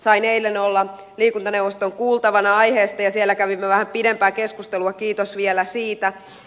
sain eilen olla liikuntaneuvoston kuultavana aiheesta ja siellä kävimme vähän pidempää keskustelua kiitos vielä siitä